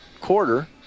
quarter